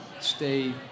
stay